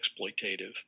exploitative